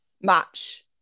match